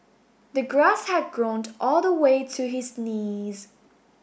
the grass had grown all the way to his knees